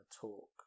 talk